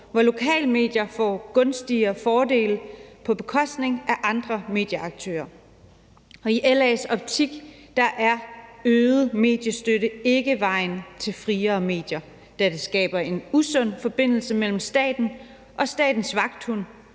hvor lokalmedier får gunstigere fordele på bekostning af andre medieaktører. I LA's optik er øget mediestøtte ikke vejen til friere medier, da det skaber en usund forbindelse mellem staten og statens vagthund,